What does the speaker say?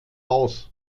aus